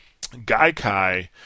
Gaikai